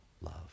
love